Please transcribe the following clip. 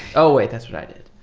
oh, wait. that's what i did.